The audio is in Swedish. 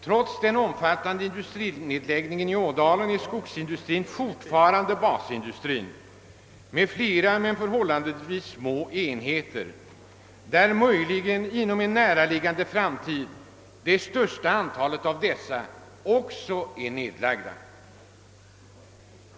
Trots den omfattande industrinedläggningen i Ådalen är skogsindustrin fortfarande basindustri. Det finns flera, men förhållandevis små, enheter, och möjligen kommer inom en nära framtid också det största antalet av dem att vara nedlagda.